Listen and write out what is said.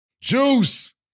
Juice